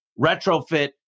retrofit